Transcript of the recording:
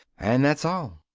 and that's all.